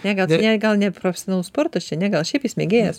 ne gal čia ne gal ne profesionalus sportas čia ne gal šiaip jis mėgėjas